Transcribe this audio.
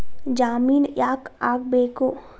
ಜಾಮಿನ್ ಯಾಕ್ ಆಗ್ಬೇಕು?